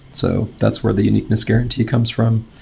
so that's where the uniqueness guarantee comes from.